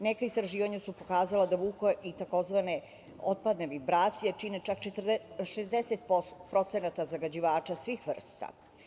Neka istraživanja su pokazala da … i takozvane otpadne vibracije čine čak 60% zagađivača svih vrsta.